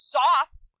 soft